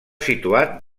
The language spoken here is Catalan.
situat